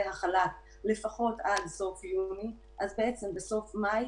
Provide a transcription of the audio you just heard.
החל"ת לפחות עד סוף יוני אז בסוף מאי